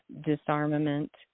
disarmament